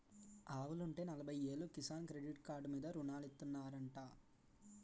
ఆవులుంటే నలబయ్యేలు Kisan credit card మీద రుణాలిత్తనారంటా